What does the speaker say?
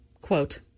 Quote